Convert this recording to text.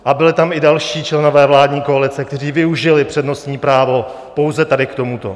A byli tam i další členové vládní koalice, kteří využili přednostní právo pouze tady k tomuto.